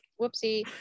whoopsie